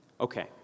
Okay